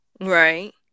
Right